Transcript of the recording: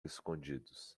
escondidos